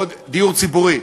או דיור ציבורי.